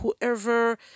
whoever